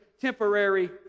temporary